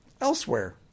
Elsewhere